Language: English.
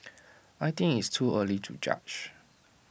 I think it's too early to judge